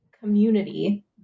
community